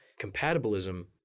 compatibilism